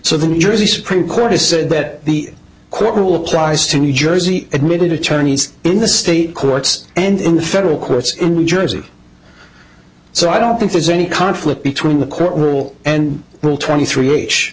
so the new jersey supreme court has said that the court rule applies to new jersey admitted attorneys in the state courts and in the federal courts jersey so i don't think there's any conflict between the court rule and rule twenty three